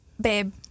Babe